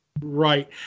Right